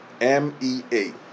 M-E-A